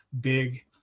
big